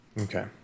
Okay